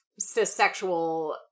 cissexual